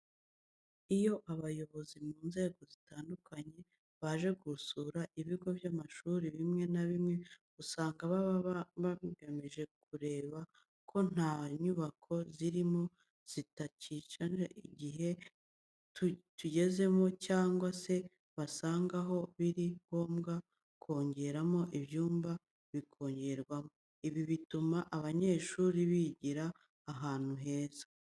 Iyo abayobozi mu nzego zitandukanye baje gusura ibigo by'amashuri bimwe na bimwe usanga baba bagamije kureba ko nta nyubako zirimo zitakijyanye n'igihe tugezemo cyangwa se basanga aho biri ngombwa kongeramo ibyumba bikongerwamo. Ibi bituma abanyeshuri bigira ahantu heza.